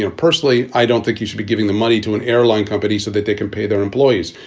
ah personally, i don't think you should be giving the money to an airline company so that they can pay their employees,